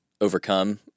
overcome